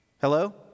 Hello